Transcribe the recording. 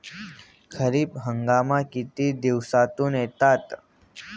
खरीप हंगाम किती दिवसातून येतात?